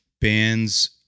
bands